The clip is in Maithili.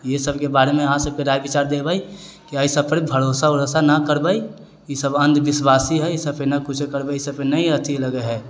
ई सभके विषयमे अहाँ सभके राय विचार देबै कि एहि सभ पर भरोसा वरोसा न करबै ईसभ अन्ध विश्वासी है ईसभ पर न कुछौ करबै ईसभ पर नहि अथि लगै है